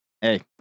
Hey